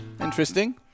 interesting